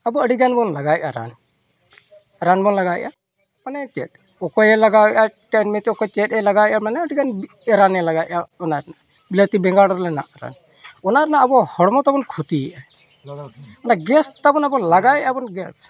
ᱟᱵᱚ ᱟᱹᱰᱤᱜᱟᱱ ᱵᱚᱱ ᱞᱟᱜᱟᱣᱮᱜᱼᱟ ᱨᱟᱱ ᱨᱟᱱ ᱵᱚᱱ ᱞᱟᱜᱟᱣᱮᱜᱼᱟ ᱢᱟᱱᱮ ᱪᱮᱫ ᱚᱠᱚᱭᱮ ᱞᱟᱜᱟᱣᱮᱜᱼᱟ ᱪᱮᱫ ᱮ ᱞᱟᱜᱟᱣᱮᱜᱼᱟ ᱢᱟᱱᱮ ᱟᱹᱰᱤᱜᱟᱱ ᱨᱟᱱᱮ ᱞᱟᱜᱟᱣᱮᱜᱼᱟ ᱚᱱᱟ ᱵᱤᱞᱟᱹᱛᱤ ᱵᱮᱜᱟᱲ ᱨᱮᱱᱟᱜ ᱨᱟᱱ ᱚᱱᱟ ᱨᱮᱱᱟᱜ ᱟᱵᱚ ᱦᱚᱲᱢᱚ ᱛᱟᱵᱚᱱ ᱠᱷᱚᱛᱤᱭᱮᱜ ᱟᱭ ᱚᱱᱟ ᱜᱮᱥ ᱛᱟᱵᱚᱱ ᱚᱱᱟ ᱵᱚᱱ ᱞᱟᱜᱟᱣᱮᱜᱼᱟ ᱜᱮᱥ